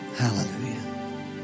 Hallelujah